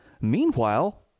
Meanwhile